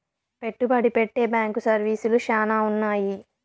పెట్టుబడి పెట్టే బ్యాంకు సర్వీసులు శ్యానా ఉన్నాయి